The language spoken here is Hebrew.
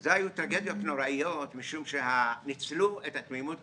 אלה היו טרגדיות נוראיות משום שניצלו את התמימות,